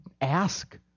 ask